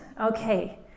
Okay